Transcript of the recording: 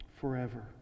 forever